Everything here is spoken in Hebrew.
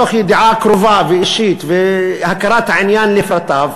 מתוך ידיעה קרובה ואישית והכרת העניין לפרטיו,